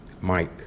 Mike